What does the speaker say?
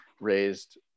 raised